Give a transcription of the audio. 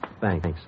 Thanks